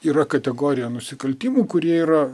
yra kategorija nusikaltimų kurie yra